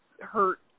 hurt